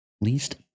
Least